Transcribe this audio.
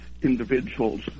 individuals